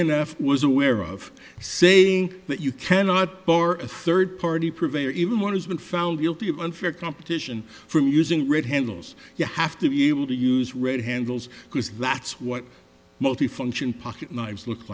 f was aware of saying that you cannot for a third party prevail even more has been found guilty of unfair competition from using red handles you have to be able to use red handles because that's what multifunction pocket knives look